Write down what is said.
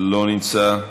לא נמצא,